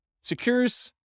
secures